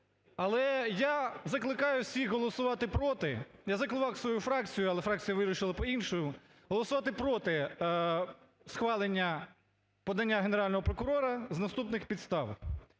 Але я закликаю всіх голосувати проти, я закликав свою фракцію, але фракція вирішила по-іншому, голосувати проти схвалення подання Генерального прокурора з наступних підстав.